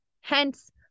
Hence